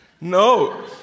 No